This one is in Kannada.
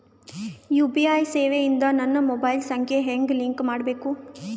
ಯು.ಪಿ.ಐ ಸೇವೆ ಇಂದ ನನ್ನ ಮೊಬೈಲ್ ಸಂಖ್ಯೆ ಹೆಂಗ್ ಲಿಂಕ್ ಮಾಡಬೇಕು?